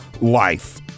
life